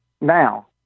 now